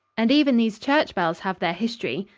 and even these church bells have their history.